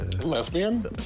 lesbian